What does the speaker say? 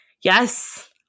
Yes